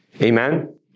Amen